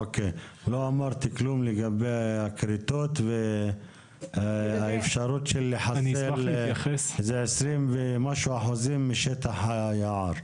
מה לגבי הכריתות והאפשרות לחיסול כ-20% משטח היער?